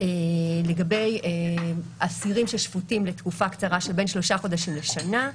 לגבי אסירים ששפוטים לתקופה קצרה של בין 3 חודשים לשנה,